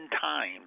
times